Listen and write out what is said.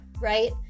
right